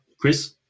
Chris